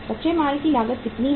कच्चे माल की लागत कितनी है